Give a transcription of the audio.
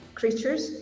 creatures